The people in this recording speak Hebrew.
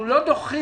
אנחנו לא דוחים.